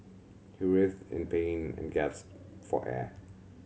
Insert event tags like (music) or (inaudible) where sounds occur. he writhed in pain and (unintelligible) for air